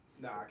No